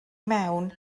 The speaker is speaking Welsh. mewn